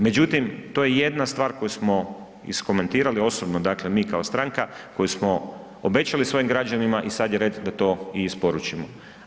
Međutim, to je jedna stvar koju smo iskomentirali osobno dakle mi kao stranka, koju smo obećali svojim građanima i sad je red da to i isporučimo.